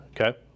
Okay